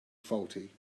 faulty